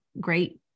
great